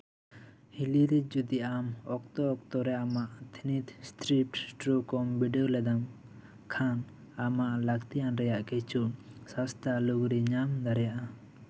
ᱦᱤᱞᱤᱨᱮ ᱡᱩᱫᱤ ᱟᱢ ᱚᱠᱛᱚ ᱚᱠᱛᱚ ᱨᱮ ᱟᱢᱟᱜ ᱛᱷᱟᱱᱤᱛ ᱮᱥᱛᱷᱤᱨᱤᱯᱴ ᱮᱥᱴᱨᱩ ᱠᱚ ᱵᱤᱰᱟᱹᱣ ᱞᱮᱫᱟᱢ ᱠᱷᱟᱱ ᱟᱢᱟᱜ ᱞᱟᱹᱠᱛᱤᱭᱟᱱ ᱨᱮᱭᱟᱜ ᱠᱤᱪᱷᱩ ᱥᱟᱥᱛᱷᱟ ᱞᱩᱜᱽᱲᱤ ᱧᱟᱢ ᱫᱟᱲᱮᱭᱟᱜᱼᱟ